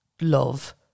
love